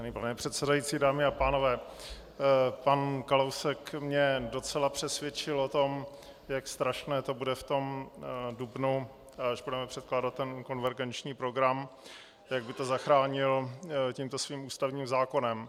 Vážený pane předsedající, dámy a pánové, pan Kalousek mě docela přesvědčil o tom, jak strašné to bude v dubnu, až budeme předkládat konvergenční program, jak by to zachránil tímto svým ústavním zákonem.